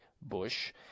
bush